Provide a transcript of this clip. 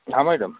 हाँ मैडम